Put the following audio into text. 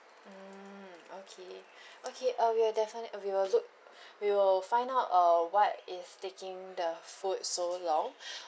mm okay okay uh we will definit~ uh we will look we will find out uh what is taking the food so long